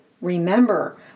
Remember